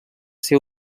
ser